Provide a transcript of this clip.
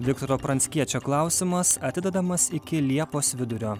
viktoro pranckiečio klausimas atidedamas iki liepos vidurio